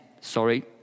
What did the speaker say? sorry